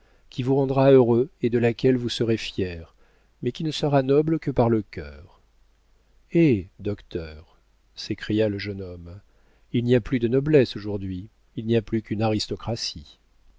qui vous rendra heureux et de laquelle vous serez fier mais qui ne sera noble que par le cœur eh docteur s'écria le jeune homme il n'y a plus de noblesse aujourd'hui il n'y a plus qu'une aristocratie